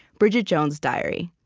bridget jones's diary.